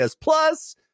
Plus